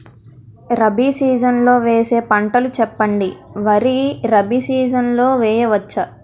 Rabi season లో వేసే పంటలు చెప్పండి? వరి రబీ సీజన్ లో వేయ వచ్చా?